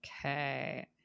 Okay